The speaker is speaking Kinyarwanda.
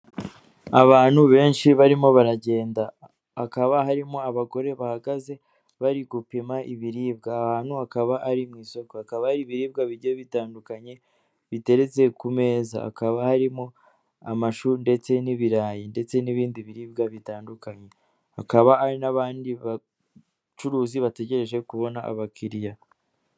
Abantu benshi barimo baragenda hakaba harimo abagore bahagaze bari gupima ibiribwa ahantu hakaba ari isoko, hakaba ari ibiribwa bigiye bitandukanye bitetse ku meza hakaba harimo amashu ndetse n'ibirayi ndetse n'ibindi biribwa bitandukanye hakaba ari n'abandi bacuruzi bategereje kubona abakiriya.